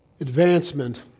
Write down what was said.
Advancement